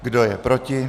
Kdo je proti?